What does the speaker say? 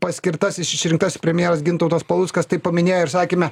paskirtasis išrinktas premjeras gintautas paluckas tai paminėjo ir sakėme